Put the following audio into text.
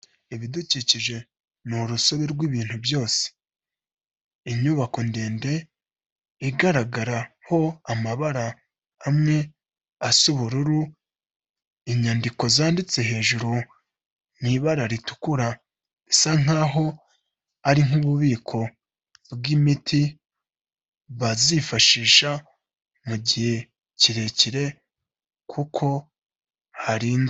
Ibidukikije ni urusobe rw'ibintu byose. Inyubako ndende igaragaraho amabara amwe asa ubururu, inyandiko zanditse hejuru ni ibara ritukura bisa nk'aho ari nk'ububiko bw'imiti bazifashisha mu mugihe kirekire kuko harinzwe.